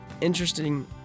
interesting